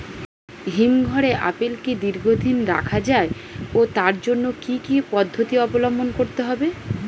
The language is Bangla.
হিমঘরে আপেল কি দীর্ঘদিন রাখা যায় ও তার জন্য কি কি পদ্ধতি অবলম্বন করতে হবে?